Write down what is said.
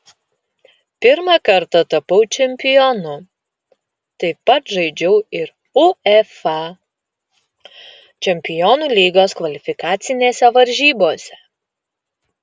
pirmą kartą tapau čempionu taip pat žaidžiau ir uefa čempionų lygos kvalifikacinėse varžybose